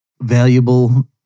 valuable